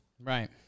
Right